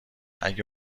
اگه